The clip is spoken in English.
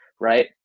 right